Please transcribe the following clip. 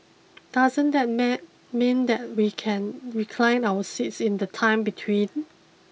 doesn't that meh mean that we can recline our seats in the time between